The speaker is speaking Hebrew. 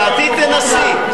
לדעתי תנסי.